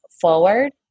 forward